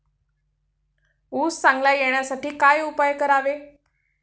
ऊस चांगला येण्यासाठी काय उपाय करावे?